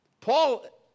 Paul